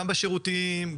גם בשירותים,